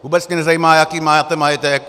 Vůbec mě nezajímá, jaký máte majetek.